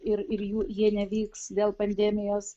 ir ir jų jie nevyks dėl pandemijos